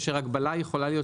כאשר הגבלה יכולה להיות,